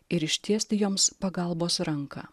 ir ištiesti joms pagalbos ranką